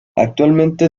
actualmente